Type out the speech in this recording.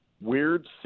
Weird